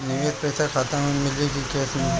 निवेश पइसा खाता में मिली कि कैश मिली?